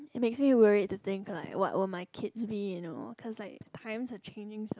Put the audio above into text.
it makes me worried to think like what will my kids be you know cause like times are changing so